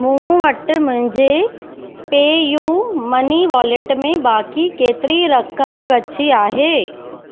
मूं वटि मुंहिंजे पे यू मनी वॉलेट में बाक़ी केतिरी रक़म बची आहे